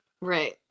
Right